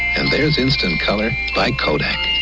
and there's instant color by kodak.